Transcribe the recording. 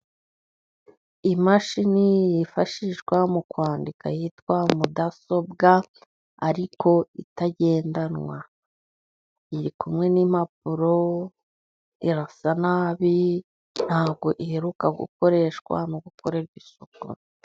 Imashini yifashishwa mu kwandika yitwa mudasobwa , ariko itagendanwa. Irikumwe n'impapuro, irasa nabi , ntabwo iheruka gukoreshwa no gukorerwa isuku.